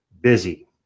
busy